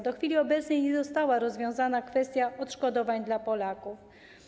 Do chwili obecnej nie została rozwiązana kwestia odszkodowań dla Polaków.